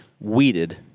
weeded